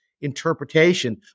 interpretation